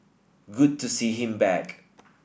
good to see him back